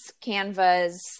Canvas